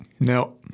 No